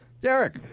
Derek